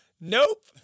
nope